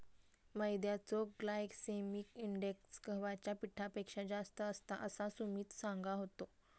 मैद्याचो glycemic index गव्हाच्या पिठापेक्षा जास्त असता, असा सुमित सांगा होतो